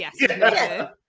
yes